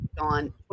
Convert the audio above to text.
gone